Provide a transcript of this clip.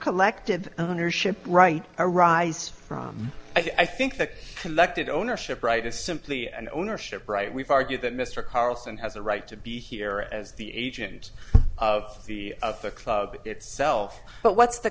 collective ownership right arise from i think that elected ownership right is simply an ownership right we've argued that mr carlson has a right to be here as the agent of the of the club itself but what's the